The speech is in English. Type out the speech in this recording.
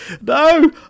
no